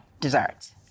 desserts